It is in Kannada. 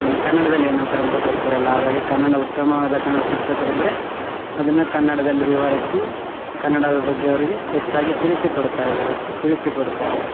ಅದನ್ನು ಕನ್ನಡದಲ್ಲಿ ಏನಂತರಂತ ಗೊತ್ತಿರೊಲ್ಲ ಹಾಗಾಗಿ ಕನ್ನಡ ಉತ್ತಮವಾದ ಕನ್ನಡ ಶಿಕ್ಷಕರಿದ್ರೆ ಅದನ್ನು ಕನ್ನಡದಲ್ಲಿ ವಿವರಿಸಿ ಕನ್ನಡದ ಬಗ್ಗೆ ಅವರಿಗೆ ಹೆಚ್ಚಾಗಿ ತಿಳಿಸಿ ಕೊಡ್ತಾಯಿದಾರೆ ತಿಳಿಸಿಕೊಡ್ತಾರೆ